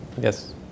Yes